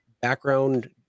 background